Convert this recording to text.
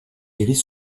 gris